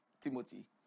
timothy